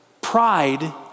pride